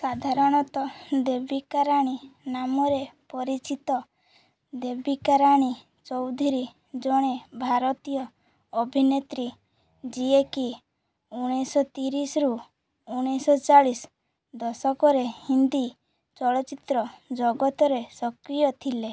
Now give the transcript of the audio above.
ସାଧାରଣତଃ ଦେବିକା ରାଣୀ ନାମରେ ପରିଚିତ ଦେବିକା ରାଣୀ ଚୌଧୁରୀ ଜଣେ ଭାରତୀୟ ଅଭିନେତ୍ରୀ ଯିଏକି ଉଣେଇଶହ ତିରିଶରୁ ଉଣେଇଶ ଚାଳିଶ ଦଶକରେ ହିନ୍ଦୀ ଚଳଚ୍ଚିତ୍ର ଜଗତରେ ସକ୍ରିୟ ଥିଲେ